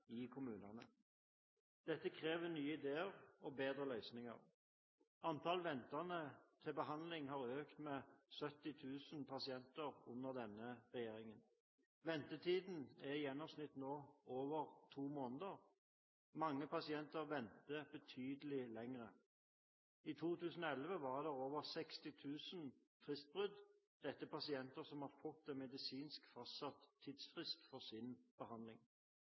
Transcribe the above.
i kommunene. Dette krever nye ideer og bedre løsninger. Antall ventende til behandling har økt med 70 000 pasienter under denne regjeringen. Ventetiden er i gjennomsnitt nå over to måneder. Mange pasienter venter betydelig lenger. I 2011 var det over 60 000 fristbrudd. Dette er pasienter som har fått en medisinsk fastsatt tidsfrist for sin behandling.